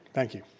thank you.